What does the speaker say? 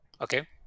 Okay